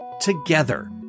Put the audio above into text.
together